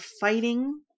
fighting